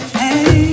hey